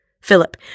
Philip